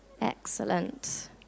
Excellent